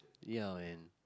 ya man